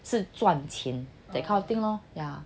是赚钱 that kind of thing lor yeah but